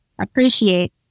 appreciate